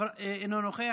אינו נוכח,